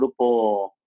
grupo